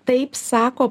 taip sako